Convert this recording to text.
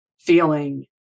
feeling